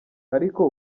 ariko